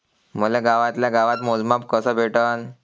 मले गावातल्या गावात मोजमाप कस भेटन?